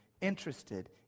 interested